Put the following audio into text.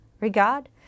regard